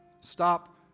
Stop